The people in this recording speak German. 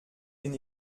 denn